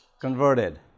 converted